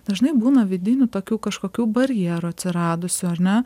dažnai būna vidinių tokių kažkokių barjerų atsiradusių ar ne